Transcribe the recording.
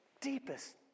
deepest